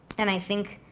and i think